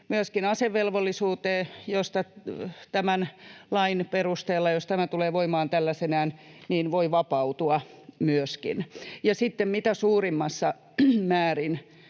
myöskin asevelvollisuuteen, josta tämän lain perusteella, jos tämä tulee voimaan tällaisenaan, voi vapautua myöskin, ja sitten mitä suurimmissa määrin